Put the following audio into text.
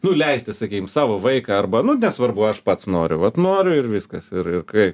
nu leisti sakykim savo vaiką arba nu nesvarbu aš pats noriu vat noriu ir viskas ir ir ir kaip